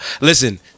Listen